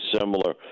similar